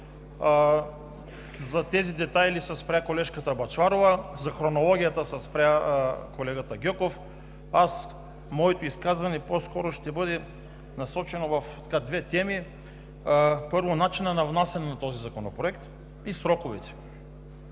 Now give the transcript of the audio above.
На тези детайли се спря колежката Бъчварова, на хронологията се спря колегата Гьоков, а моето изказване по-скоро ще бъде насочено в две теми. Първо, начинът на внасяне на този законопроект и сроковете.